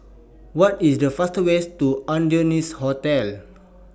What IS The faster ways to Adonis Hotel